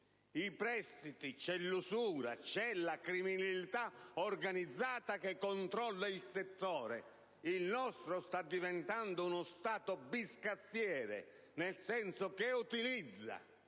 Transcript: prestiti, c'è l'usura, la criminalità organizzata che controlla il settore. Il nostro sta diventando uno Stato biscazziere, nel senso che utilizza